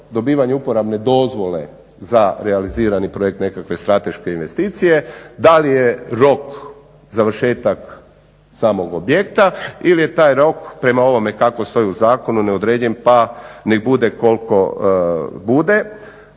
dobivanja uporabne dozvole za realizirani projekt nekakve strateške investicije, da li je rok završetak samog objekta ili je taj rok prema ovome kako stoji u zakonu neodređen pa nek bude koliko bude?